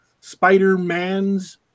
Spider-Man's